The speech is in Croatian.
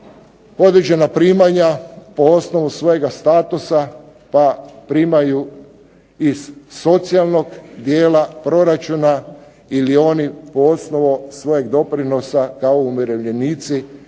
određena primanja po osnovu svojega statusa da primaju iz socijalnog dijela proračuna ili oni po osnovi svog doprinosa kao umirovljenici svi